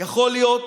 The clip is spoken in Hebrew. יכול להיות